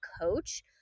coach